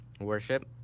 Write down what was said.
worship